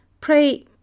Pray